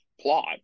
plot